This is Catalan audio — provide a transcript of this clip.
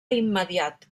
immediat